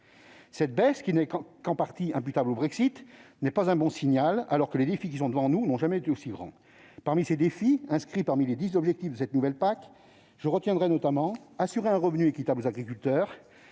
Cette baisse, qui n'est qu'en partie imputable au Brexit, n'est pas un bon signal alors que les défis qui sont devant nous n'ont jamais été aussi grands. Parmi les dix objectifs de cette nouvelle PAC, je retiendrai : assurer un revenu équitable aux agriculteurs